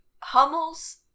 Hummels